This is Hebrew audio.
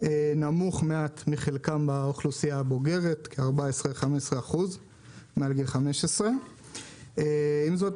נמוך מעט מחלקם באוכלוסייה הבוגרת שהוא כ-14% 15% מעל גיל 15. עם זאת,